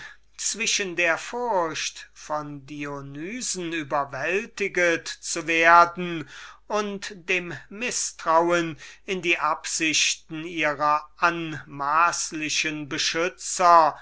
zwischen der furcht von dionysen überwältiget zu werden und dem mißtrauen in die absichten ihrer anmaßlichen beschützer